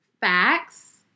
Facts